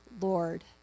Lord